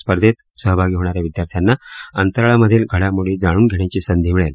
स्पर्धेत सहभागी होणा या विद्यार्थ्यांना अंतराळामधील घ्रडामोडी जाणून घेण्याची संधी मिळेल